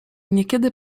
niekiedy